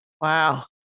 Wow